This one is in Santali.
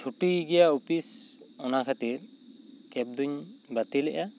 ᱪᱷᱩᱴᱤ ᱜᱤᱭᱟ ᱚᱯᱤᱥ ᱚᱱᱟ ᱠᱷᱟᱹᱛᱤᱨ ᱠᱮᱯ ᱫᱩᱧ ᱵᱟᱹᱛᱤᱞᱮᱫᱼᱟ